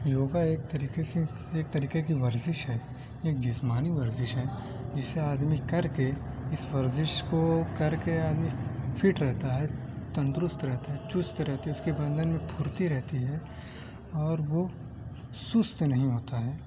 یوگا ایک طریقے سے ایک طریقے کی ورزش ہے ایک جسمانی ورزش ہے جس سے آدمی کر کے اس ورزش کو کر کے آدمی فٹ رہتا ہے تندرست رہتا ہے چست رہتے ہیں اس کے بدن میں پھرتی رہتی ہے اور وہ سست نہیں ہوتا ہے